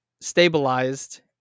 stabilized